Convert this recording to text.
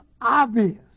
obvious